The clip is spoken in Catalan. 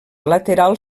lateral